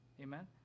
Amen